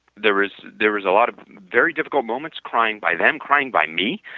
there was there was a lot of very difficult moments crying by them, crying by me.